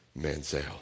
Manziel